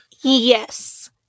Yes